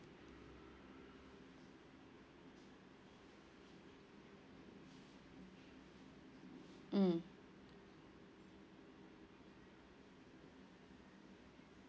mm